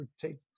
take